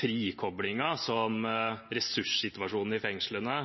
frikoplingen som ressurssituasjonen i fengslene